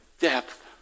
depth